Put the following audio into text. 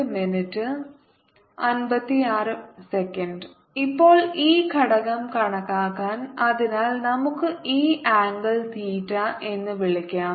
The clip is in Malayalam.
daE 14π0 q ks2v2t2 ഇപ്പോൾ ഈ ഘടകം കണക്കാക്കാൻ അതിനാൽ നമുക്ക് ഈ ആംഗിൾ തീറ്റ എന്ന് വിളിക്കാം